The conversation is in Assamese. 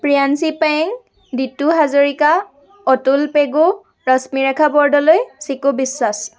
প্ৰিয়াঞ্চি পেং দিটু হাজৰিকা অতুল পেগু ৰশ্মিৰেখা বৰদলৈ চিকু বিশ্বাস